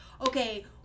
okay